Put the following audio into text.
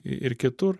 ir kitur